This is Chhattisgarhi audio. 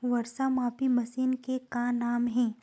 वर्षा मापी मशीन के का नाम हे?